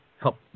help